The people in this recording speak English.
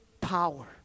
power